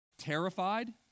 terrified